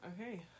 Okay